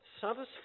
satisfied